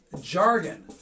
jargon